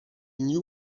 knew